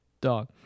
dog